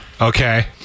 Okay